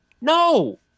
No